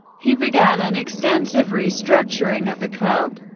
he began an extensive restructuring of the club.